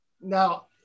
Now